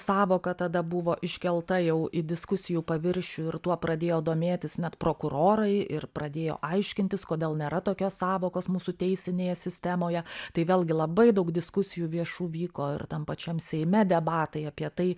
sąvoka tada buvo iškelta jau į diskusijų paviršių ir tuo pradėjo domėtis net prokurorai ir pradėjo aiškintis kodėl nėra tokios sąvokos mūsų teisinėje sistemoje tai vėlgi labai daug diskusijų viešų vyko ir tam pačiam seime debatai apie tai